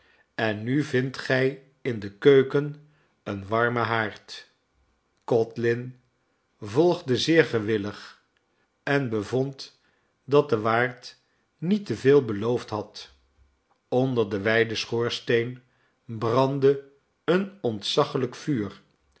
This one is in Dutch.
en nu vindt gij in de keuken een warmen haard codlin volgde zeer gewillig en bevond dat de waard niet te veel beloofd had onder den wijden schoorsteen brandde een ontzaglijk vuur